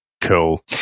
Cool